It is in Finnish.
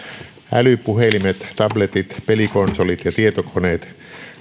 älypuhelimet tabletit pelikonsolit ja tietokoneet